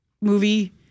movie